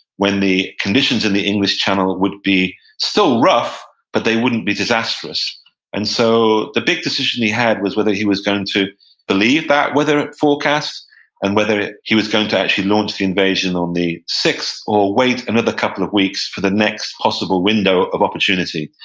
when the conditions in the english channel would be still rough, but they wouldn't be disastrous and so the big decision he had was whether he was going to believe that weather forecast and whether he was going to actually launch the invasion on the sixth or wait another couple of weeks for the next possible window of opportunity.